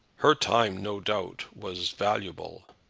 her time, no doubt, was valuable.